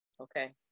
Okay